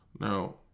Now